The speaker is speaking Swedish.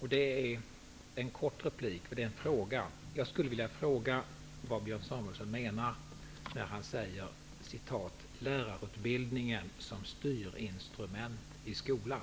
Herr talman! Jag skulle vilja fråga vad Björn Samuelson menar när han säger ''lärarutbildningen som styrinstrument i skolan''?